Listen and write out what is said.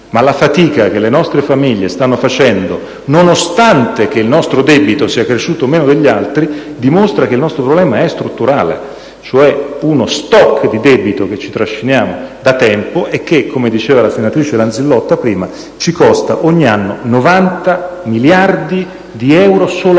Ma la fatica che le nostre famiglie stanno facendo, nonostante il nostro debito sia cresciuto meno degli altri, dimostra che il problema è strutturale: cioè, uno *stock* di debito che ci trasciniamo da tempo e che, come diceva la collega Lanzillotta prima, ci costa ogni anno 90 miliardi di euro soltanto